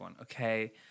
Okay